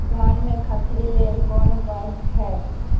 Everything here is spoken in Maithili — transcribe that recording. धान में खखरी लेल कोन उपाय हय?